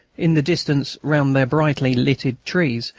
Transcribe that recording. in the distance, round their brightly lighted trees,